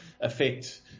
affect